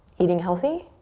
eating healthy?